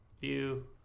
view